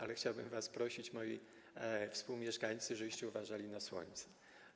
I chciałbym was prosić, moi współmieszkańcy, żebyście uważali na słońce.